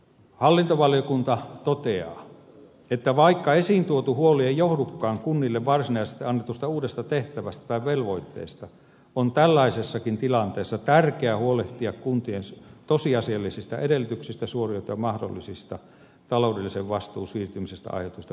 hallintovaliokunta toteaa että vaikka esiin tuotu huoli ei johdukaan kunnille varsinaisesti annetusta uudesta tehtävästä tai velvoitteesta on tällaisessakin tilanteessa tärkeää huolehtia kuntien tosiasiallisista edellytyksistä suoriutua mahdollisista taloudellisen vastuun siirtymisestä aiheutuvista kustannuksista